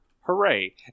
Hooray